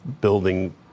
building